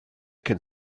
can